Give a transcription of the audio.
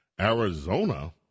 Arizona